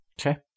Okay